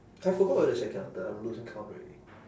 I forgot whether second or third I'm losing count already